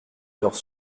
leurs